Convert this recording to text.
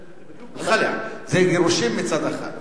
זה גירושים מצד אחד.